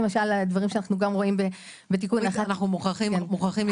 אנחנו מוכרחים להתקדם.